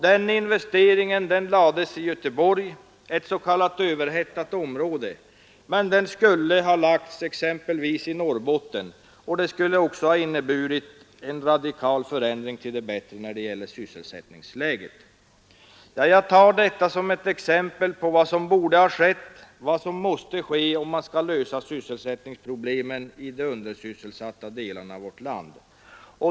Den investeringen lades i Göteborg — ett s.k. överhettat område — men den borde ha lagts exempelvis i Norrbotten, vilket skulle ha inneburit en radikal förändring till det bättre när det gäller sysselsättningsläget. Jag tar detta som ett exempel på vad som borde ha skett och vad som måste ske om man skall lösa sysselsättningsproblemen i de undersyssel satta delarna av vårt land.